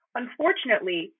Unfortunately